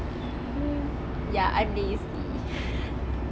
ya I'm lazy